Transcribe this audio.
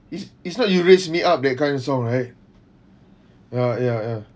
it's it's not you raise me up that kind of song right ya ya ya